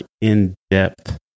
in-depth